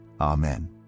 Amen